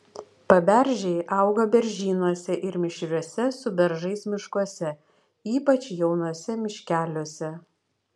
paberžiai auga beržynuose ir mišriuose su beržais miškuose ypač jaunuose miškeliuose